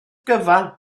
gyfan